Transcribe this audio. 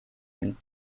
and